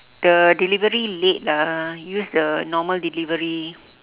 the delivery late lah use the normal delivery